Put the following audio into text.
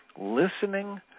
listening